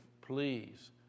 please